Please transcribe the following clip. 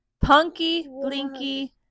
punky-blinky